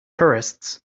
tourists